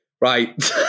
Right